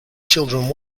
children